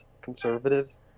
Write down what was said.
conservatives